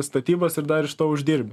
statybas ir dar iš to uždirbi